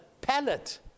palate